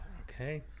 Okay